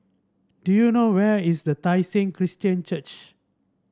do you know where is the Tai Seng Christian Church